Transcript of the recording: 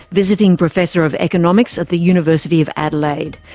visiting professor of economics at the university of adelaide.